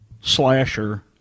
slasher